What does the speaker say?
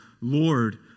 Lord